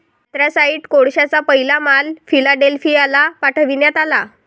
anthracite कोळशाचा पहिला माल फिलाडेल्फियाला पाठविण्यात आला